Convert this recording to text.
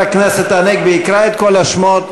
חבר הנגבי יקרא את כל השמות.